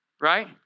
Right